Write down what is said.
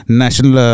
national